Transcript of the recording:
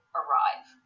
arrive